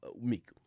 Meek